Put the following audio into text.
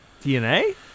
DNA